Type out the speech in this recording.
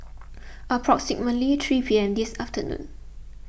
approximately three P M this afternoon